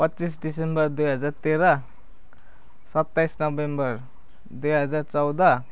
पच्चिस दिसम्बर दुई हजार तेह्र सत्ताइस नोभेम्बर दुई हजार चौध